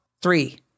Three